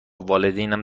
والدینم